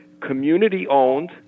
community-owned